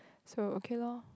so okay loh